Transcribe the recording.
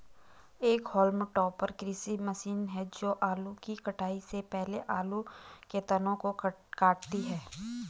एक haulm topper कृषि machine है जो आलू की कटाई से पहले आलू के तनों को काटती है